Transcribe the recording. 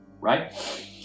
right